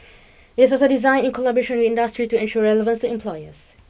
it is also designed in collaboration with industry to ensure relevance to employers